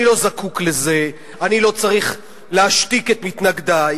אני לא זקוק לזה, אני לא צריך להשתיק את מתנגדי,